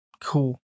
cool